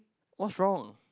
what's wrong